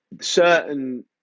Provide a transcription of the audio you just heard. certain